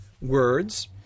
words